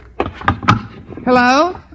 Hello